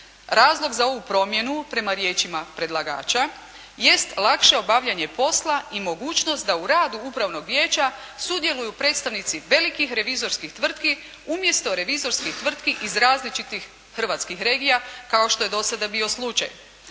Razlog za ovu promjenu, prema riječima predlagača jest lakše obavljanje posla i mogućnost da u radu Upravnog vijeća sudjeluju predstavnici velikih revizorskih tvrtki umjesto revizorskih tvrtki iz različitih hrvatskih regija kao što je do sada bio slučaj.